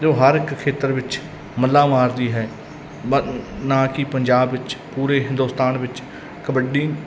ਜੋ ਹਰ ਇੱਕ ਖੇਤਰ ਵਿੱਚ ਮੱਲਾਂ ਮਾਰਦੀ ਹੈ ਬ ਨਾ ਕਿ ਪੰਜਾਬ ਵਿੱਚ ਪੂਰੇ ਹਿੰਦੁਸਤਾਨ ਵਿੱਚ ਕਬੱਡੀ